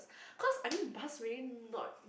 cause I mean bus really not